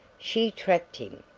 she trapped him!